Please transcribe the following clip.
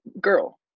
girl